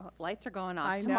lights are going i mean